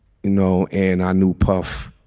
know. and i knew puff